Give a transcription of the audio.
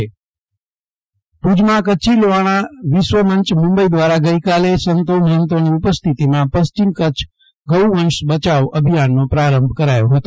જયદિપ વૈષ્ણવ ગૌવંશ બચાવ અભિયાન ભુજમાં કચ્છી લોહાણા વિશ્વમંચ મુંબઈ દ્વારા ગઇકાલે સંતો મહંતોની ઉપસ્થિતિમાં પશ્ચિમ કચ્છ ગૌવંશ બચાવ અભિયાનનો પ્રારંભ કરાયો હતો